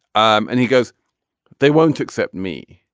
um and he goes they won't accept me